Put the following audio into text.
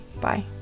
Bye